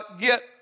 get